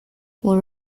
will